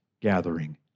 gathering